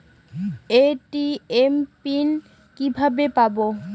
ATM pin কিভাবে পাবো?